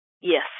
Yes